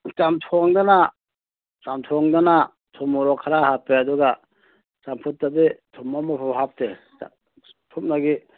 ꯆꯝꯊꯣꯡꯗꯅ ꯆꯝꯊꯣꯡꯗꯅ ꯊꯨꯝ ꯃꯣꯔꯣꯛ ꯈꯔ ꯍꯥꯞꯄꯦ ꯑꯗꯨꯒ ꯆꯝꯐꯨꯠꯇꯗꯤ ꯊꯨꯝ ꯑꯃ ꯐꯥꯎ ꯍꯥꯞꯇꯦ ꯁꯨꯞꯅꯒꯤ